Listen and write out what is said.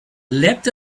leapt